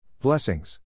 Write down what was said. Blessings